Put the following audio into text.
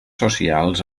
socials